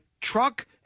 truck